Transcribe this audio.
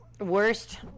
worst